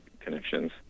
connections